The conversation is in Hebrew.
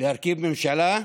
להרכיב ממשלה,